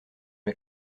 rez